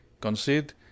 concede